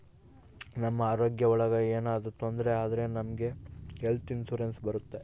ನಮ್ ಆರೋಗ್ಯ ಒಳಗ ಏನಾದ್ರೂ ತೊಂದ್ರೆ ಆದ್ರೆ ನಮ್ಗೆ ಹೆಲ್ತ್ ಇನ್ಸೂರೆನ್ಸ್ ಬರುತ್ತೆ